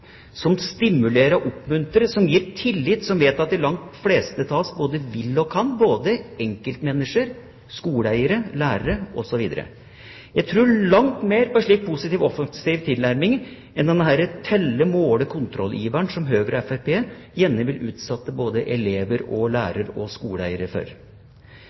som stimulerer og oppmuntrer, som gir tillit, som vet at de langt fleste av oss både vil og kan, både enkeltmennesker og skoleeiere, lærere osv. Jeg tror langt mer på en slik positiv offensiv tilnærming, enn denne telle-, måle- og kontrolliveren som Høyre og Fremskrittspartiet gjerne vil utsette både elever, lærere og skoleeiere